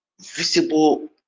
visible